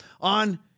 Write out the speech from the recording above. on